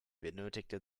benötigte